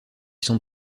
sont